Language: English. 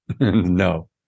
No